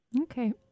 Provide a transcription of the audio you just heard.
Okay